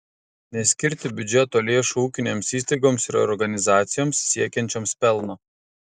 neskirti biudžeto lėšų ūkinėms įstaigoms ir organizacijoms siekiančioms pelno